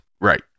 Right